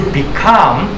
become